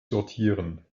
sortieren